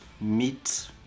meat